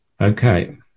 Okay